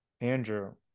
Andrew